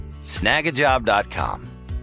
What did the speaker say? Snagajob.com